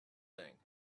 thing